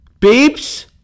Beeps